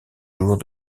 jours